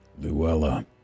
Luella